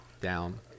down